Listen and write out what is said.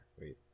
wait